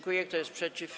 Kto jest przeciw?